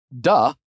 duh